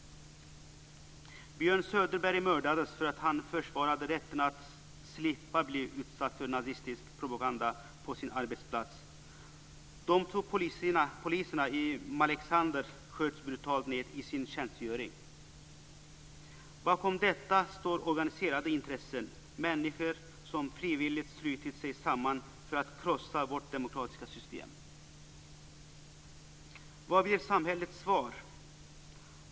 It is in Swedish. Björn Söderberg mördades för att han försvarade rätten att slippa bli utsatt för nazistisk propaganda på sin arbetsplats. De två poliserna i Malexander sköts brutal ned under sin tjänstgöring. Bakom detta står organiserade intressen, människor som frivilligt slutit sig samman för att krossa vårt demokratiska system. Vad blir samhällets svar?